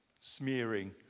Smearing